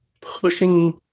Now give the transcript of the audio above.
pushing